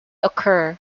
occur